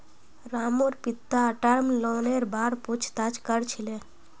रामूर पिता टर्म लोनेर बार पूछताछ कर छिले